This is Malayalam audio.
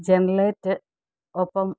ജെനലേറ്റ് ഒപ്പം